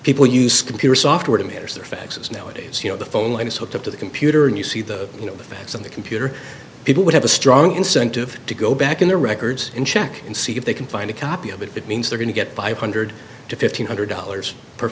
people use computer software to meters their faxes nowadays you know the phone line is soaked up to the computer and you see the you know effects on the computer people would have a strong incentive to go back in their records and check and see if they can find a copy of it it means they're going to get five hundred to fifteen hundred dollars per